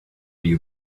you